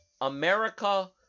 america